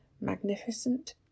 magnificent